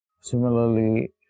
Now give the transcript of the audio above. Similarly